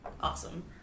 Awesome